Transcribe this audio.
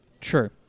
true